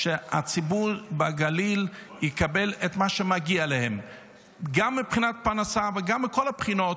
שהציבור בגליל יקבל את מה שמגיע לו גם מבחינת פרנסה וגם מכל הבחינות.